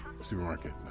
supermarket